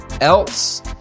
else